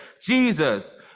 Jesus